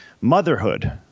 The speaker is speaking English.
motherhood